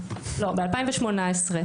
ב-2018,